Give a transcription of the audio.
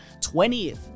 20th